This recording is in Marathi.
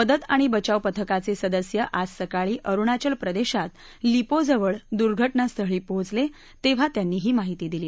मदत आणि बचाव पथकाचे सदस्य आज सकाळी अरुणाचल प्रदेशात लिपोजवळ दुर्घटनास्थळी पोहोचले तेव्हा त्यांनी ही माहिती दिली